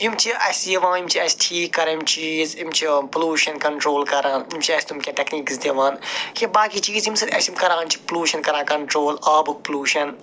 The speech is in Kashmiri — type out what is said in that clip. یِم چھِ اَسہِ یِوان یِم چھِ اَسہِ ٹھیٖک کَران یِم چیٖز یِم چھِ پُلوٗشن کنٹرٛول کران یِم چھِ اَسہِ تِم کیٚنٛہہ ٹٮ۪کنیٖکٕس دِوان یہِ چھےٚ باقی چیٖز ییٚمہِ سۭتۍ اَسہِ یِم کَران چھِ پُلوٗشن کَران آبُک پُلوٗشن